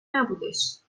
نبودش